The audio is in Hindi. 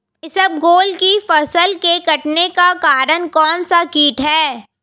इसबगोल की फसल के कटने का कारण कौनसा कीट है?